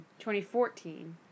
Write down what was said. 2014